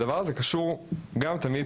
הדבר הזה קשור גם תמיד,